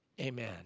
Amen